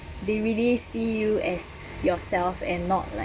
they really see you as yourself and not like